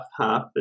half